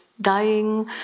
Dying